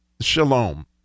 shalom